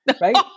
right